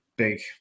big